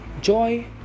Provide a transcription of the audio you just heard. Joy